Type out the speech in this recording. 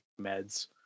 meds